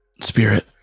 spirit